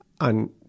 on